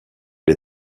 les